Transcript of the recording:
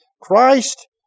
Christ